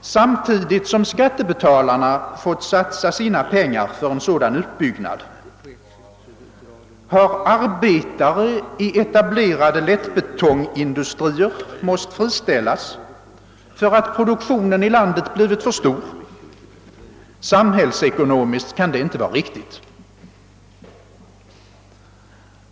Samtidigt som skattebetalarna fått satsa sina pengar för en sådan utbyggnad, har arbetare i etablerade lättbetongindustrier måst friställas därför att produktionen i landet blivit för stor. Samhällsekonomiskt kan detta inte vara riktigt.